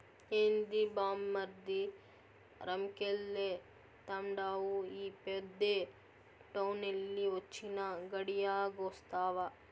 ఏంది బామ్మర్ది రంకెలేత్తండావు ఈ పొద్దే టౌనెల్లి వొచ్చినా, గడియాగొస్తావా